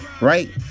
right